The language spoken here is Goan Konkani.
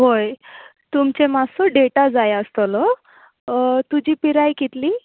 होय तुमचे मातसो डेटा जाय आसतलो तुची पिराय कितली